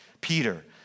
Peter